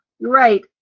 Right